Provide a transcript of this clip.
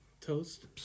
toast